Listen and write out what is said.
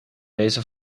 deze